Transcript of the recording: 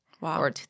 Wow